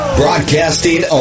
broadcasting